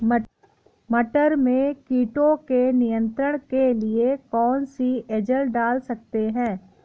मटर में कीटों के नियंत्रण के लिए कौन सी एजल डाल सकते हैं?